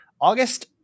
August